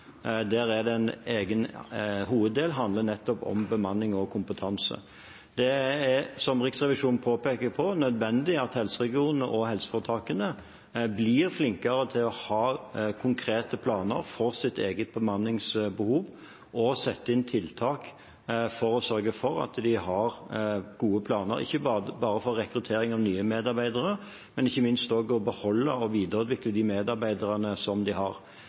der en egen hoveddel handler nettopp om bemanning og kompetanse. Det er, som Riksrevisjonen påpeker, nødvendig at helseregionene og helseforetakene blir flinkere til å ha konkrete planer for sitt eget bemanningsbehov og setter inn tiltak for å sørge for at de har gode planer, ikke bare for rekruttering av nye medarbeidere, men også – og ikke minst – for å beholde og videreutvikle de medarbeiderne de har. Jeg forventer at sykehusene våre, som er store kunnskapsvirksomheter, har